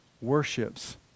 worships